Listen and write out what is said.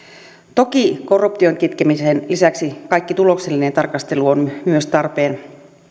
toki korruption kitkemisen lisäksi kaikki tuloksellinen tarkastelu on myös tarpeen